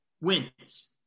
wins